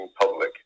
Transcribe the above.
public